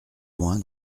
loin